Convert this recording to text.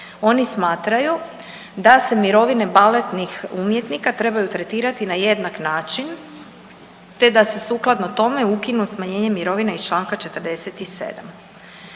Oni smatraju da se mirovine baletnih umjetnika trebaju tretirati na jednak način te da se sukladno tome ukinu smanjenje mirovine iz čl. 47.